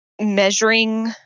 measuring